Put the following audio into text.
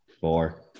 four